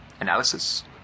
Analysis